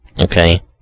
Okay